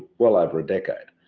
well over a decade.